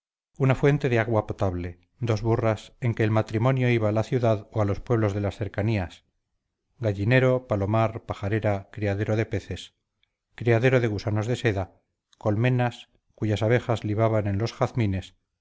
una fuente de agua potable dos burras en que el matrimonio iba a la ciudad o a los pueblos de las cercanías gallinero palomar pajarera criadero de peces criadero de gusanos de seda colmenas cuyas abejas libaban en los jazmines